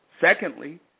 Secondly